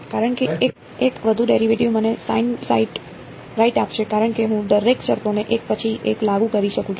કારણ કે એક વધુ ડેરિવેટિવ મને સાઈન રાઈટ આપશે કારણ કે હું દરેક શરતોને એક પછી એક લાગુ કરી શકું છું